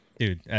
Dude